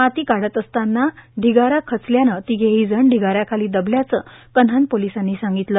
माती काढत असताना ढिगारा खचल्यानं तिघेही जण ढिगाऱ्याखाली दवल्याचं कन्हान पोलीसांनी सांगितलं